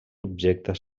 objectes